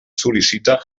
sol·licita